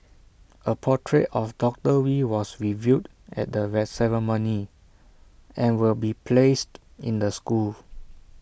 A portrait of doctor wee was revealed at the ceremony and will be placed in the school